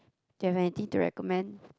do you have anything to recommend